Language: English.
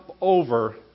over